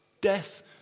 death